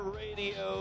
radio